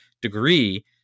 degree